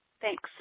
Thanks